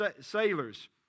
sailors